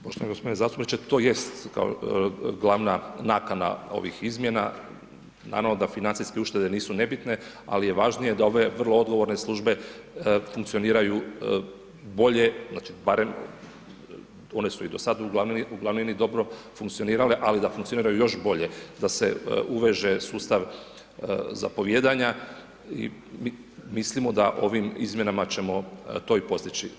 Poštovani gospodine zastupniče, to jest glavna nakana ovih izmjena, naravno da financijske uštede nisu nebitne, ali je važnije da ove vrlo odgovorne službe funkcioniraju bolje, znači, barem, one su i do sada uglavnini dobro funkcionirale, ali da funkcioniraju još bolje, da se uveže sustav zapovijedanja, mislimo da ovim izmjenama ćemo to i postići.